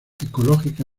ecológica